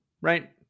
right